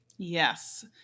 Yes